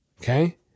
okay